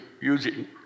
using